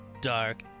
dark